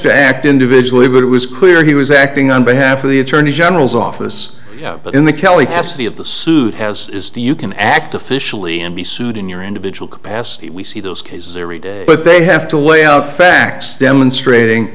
to act individually but it was clear he was acting on behalf of the attorney general's office but in the kelly has to be of the suit has is to you can act officially and be sued in your individual capacity we see those cases every day but they have to weigh out facts demonstrating